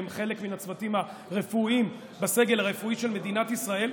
שהם חלק מן הצוותים הרפואיים בסגל הרפואי של מדינת ישראל,